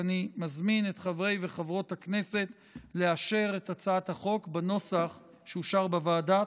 ואני מזמין את חברי וחברות הכנסת לאשר את הצעת החוק בנוסח שאושר בוועדה.